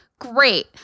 Great